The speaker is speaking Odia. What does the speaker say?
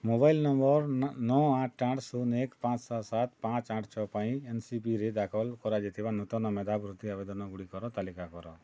ମୋବାଇଲ୍ ନମ୍ବର୍ ନଅ ଆଠ ଆଠ ଶୂନ ଏକ ପାଞ୍ଚ ସାତ ସାତ ପାଞ୍ଚ ଆଠ ଛଅ ପାଇଁ ଏନ୍ ସି ପି ରେ ଦାଖଲ କରାଯାଇଥିବା ନୂତନ ମେଧାବୃତ୍ତି ଆବେଦନଗୁଡ଼ିକର ତାଲିକା କର